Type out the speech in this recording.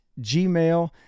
gmail